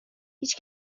هیچ